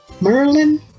Merlin